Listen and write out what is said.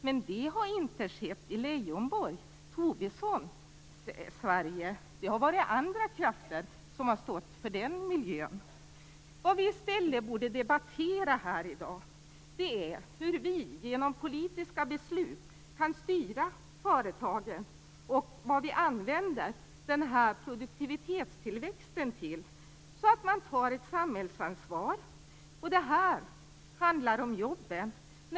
Men det har inte skett i Leijonborgs och Tobissons Sverige. Det har varit andra krafter som har stått för den miljön. Det vi i stället borde debattera i dag är hur vi genom politiska beslut kan styra företagen och vad vi skall använda produktivitetstillväxten till, så att man tar ett samhällsansvar. Det här handlar om jobben.